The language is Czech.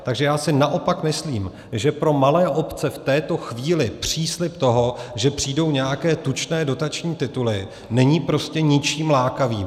Takže si naopak myslím, že pro malé obce v této chvíli příslib toho, že přijdou nějaké tučné dotační tituly, není ničím lákavým.